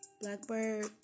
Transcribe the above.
Blackbird